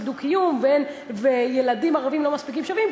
דו-קיום וילדים ערבים לא מרגישים שווים,